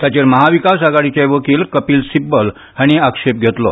ताचेर महाविकास आघाडीचे वकील कपिल सिब्बल हांणी आक्षेप घेतलो